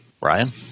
Ryan